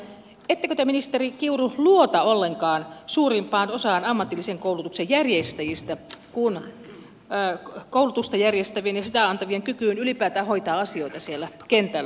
ettekö te ministeri kiuru luota ollenkaan suurimpaan osaan ammatillisen koulutuksen järjestäjistä koulutusta järjestävien ja sitä antavien kykyyn ylipäätään hoitaa asioita siellä kentällä